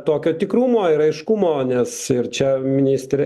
tokio tikrumo ir aiškumo nes ir čia ministrė